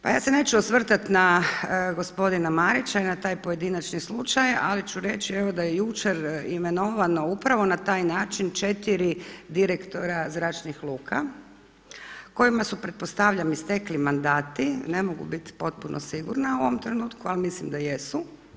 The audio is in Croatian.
Pa ja se neću osvrtati na gospodina Marića i na taj pojedinačni slučaj ali ću reći evo da je jučer imenovano upravo na taj način 4 direktora zračnih luka, kojima su pretpostavljam istekli mandati, ne mogu biti potpuno sigurna u ovom trenutku, ali mislim da jesu.